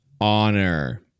Honor